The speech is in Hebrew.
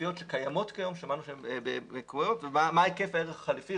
חליפיות שקיימות כיום ומה היקף הערך החליפי.